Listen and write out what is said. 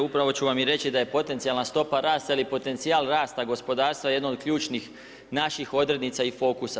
Evo upravo ću vam i reći da je potencijalna stopa rasta ili potencijal rasta gospodarstva jedno od ključnih naših odrednica i fokusa.